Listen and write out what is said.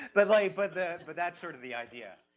but like, but that, but that's sort of the idea,